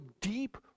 deep